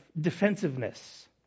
defensiveness